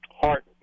heart